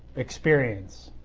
experience.